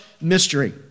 mystery